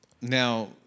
Now